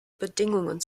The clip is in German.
bedingungen